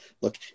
Look